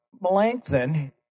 Melanchthon